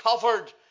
covered